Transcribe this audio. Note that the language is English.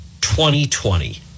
2020